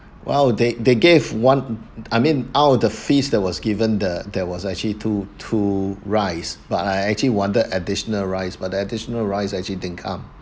well they they gave one I mean out of the feast that was given the there was actually two two rice but I actually wanted additional rice but the additional rice actually didn't come